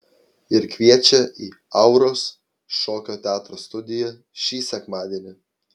ir kviečia į auros šokio teatro studiją šį sekmadienį